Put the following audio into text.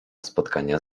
spotkania